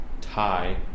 Thai